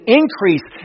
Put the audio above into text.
increase